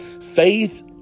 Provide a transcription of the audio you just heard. Faith